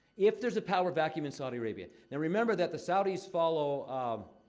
if there's a power vacuum in saudi arabia now, remember that the saudis follow, um.